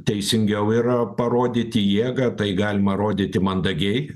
teisingiau yra parodyti jėgą tai galima rodyti mandagiai